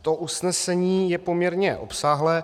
To usnesení je poměrně obsáhlé.